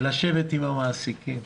לשבת עם המעסיקים,